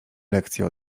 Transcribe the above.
lekcje